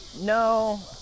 No